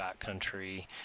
backcountry